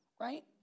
right